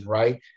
right